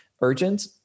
urgent